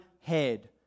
Head